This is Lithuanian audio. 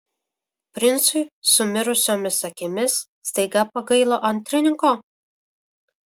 princui su mirusiomis akimis staiga pagailo antrininko